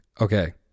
Okay